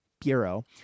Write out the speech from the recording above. Bureau